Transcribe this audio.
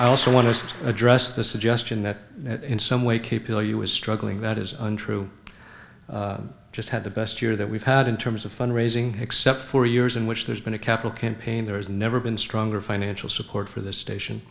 i also want to address the suggestion that in some way keep you know you were struggling that is untrue just had the best year that we've had in terms of fund raising except for years in which there's been a capital campaign there has never been stronger financial support for the station